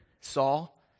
Saul